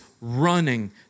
running